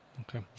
Okay